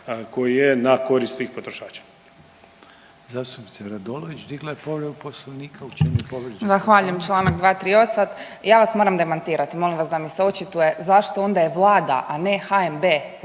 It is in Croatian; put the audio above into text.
koji je na korist svih potrošača.